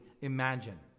imagine